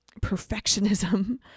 perfectionism